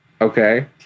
Okay